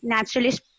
Naturalist